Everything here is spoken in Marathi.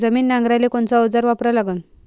जमीन नांगराले कोनचं अवजार वापरा लागन?